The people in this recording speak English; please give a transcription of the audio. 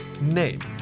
name